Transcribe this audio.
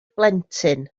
blentyn